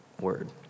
word